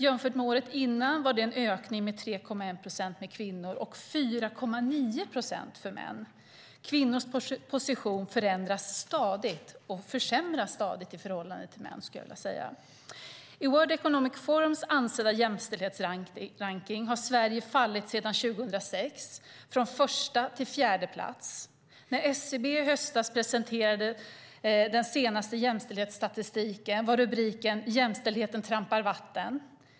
Jämfört med året innan var det en ökning med 3,1 procent för kvinnor och 4,9 procent för män. Kvinnors position försämras stadigt i förhållande till män. I World Economic Forums ansedda jämställdhetsrankning har Sverige sedan 2006 fallit från första till fjärde plats. När SCB i höstas presenterade den senaste jämställdhetsstatistiken var rubriken Jämställdheten trampar vatten.